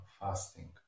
fasting